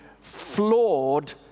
flawed